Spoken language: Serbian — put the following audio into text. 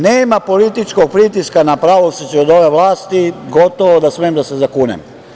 Nema političkog pritiska na pravosuđe od ove vlasti, gotovo da smem da se zakunem.